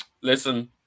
Listen